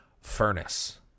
furnace